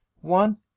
one